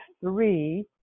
three